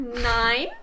Nine